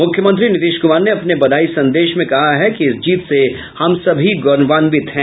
मुख्यमंत्री नीतीश कुमार ने अपने बधाई संदेश में कहा है कि इस जीत से हम सभी गौरवांवित हैं